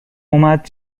اومد